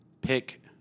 pick